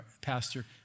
pastor